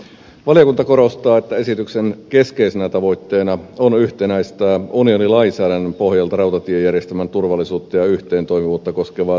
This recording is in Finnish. valiokunta korostaa että esityksen keskeisenä tavoitteena on yhtenäistää unionin lainsäädännön pohjalta rautatiejärjestelmän turvallisuutta ja yhteentoimivuutta koskevaa sääntelyä